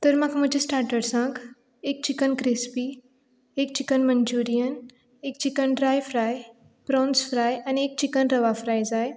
तर म्हाका मात्शे स्टाटर्सांत एक चिकन क्रिस्पी एक चिकन मंच्युरियन एक chicken dry fry prawns fry आनी एक चिकन रवा फ्राय जाय